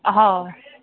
हय